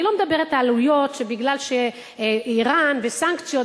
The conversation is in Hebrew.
אני לא מדברת עלויות שבגלל אירן וסנקציות,